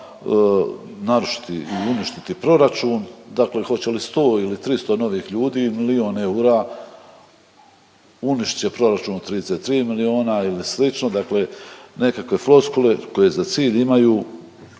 narušiti ili uništiti proračun, dakle hoće li 100 ili 300 novih ljudi, milijun eura uništit će proračun od 33 milijuna ili slično, dakle nekakve floskule koje za cilj imaju